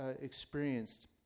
experienced